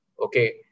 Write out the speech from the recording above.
Okay